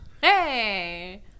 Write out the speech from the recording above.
Hey